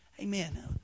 Amen